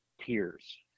peers